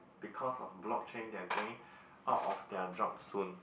because of blockchain they are going out of their jobs soon